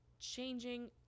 changing